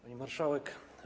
Pani Marszałek!